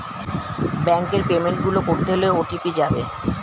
ব্যাংকের পেমেন্ট গুলো করতে হলে ও.টি.পি যাবে